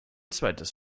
zweites